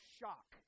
shock